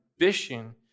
ambition